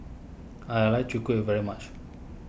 I like Chwee Kueh very much